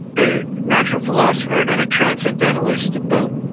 a natural philosopher, and a transcendentalist to boot.